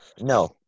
No